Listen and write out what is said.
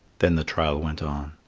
then the trial went on.